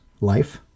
Life